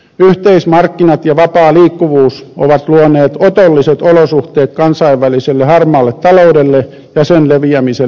yhteismarkkinat ja vapaa liikkuvuus ovat luoneet otolliset olosuhteet kansainväliselle harmaalle taloudelle ja sen leviämiselle suomeen